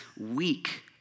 weak